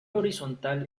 horizontal